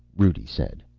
rudi said.